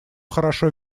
хорошо